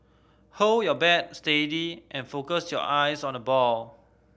hold your bat steady and focus your eyes on the ball